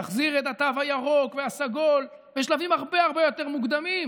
להחזיר את התו הירוק והסגול בשלבים הרבה הרבה יותר מוקדמים,